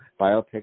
biopics